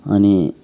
अनि